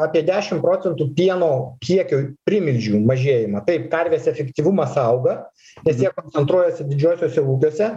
apie dešim procentų pieno kiekių primilžių mažėjimą taip karvės efektyvumas auga nes jie koncentruojasi didžiuosiuose ūkiuose